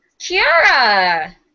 Kiara